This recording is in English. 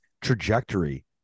trajectory